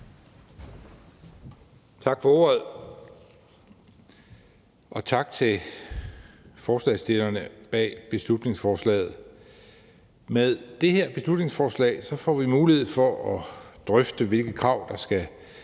Tak for ordet, og tak til forslagsstillerne bag beslutningsforslaget. Med det her beslutningsforslag får vi mulighed for at drøfte, hvilke krav der skal